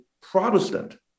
Protestant